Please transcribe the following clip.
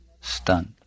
stunned